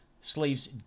Slaves